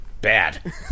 Bad